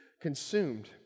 consumed